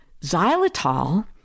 Xylitol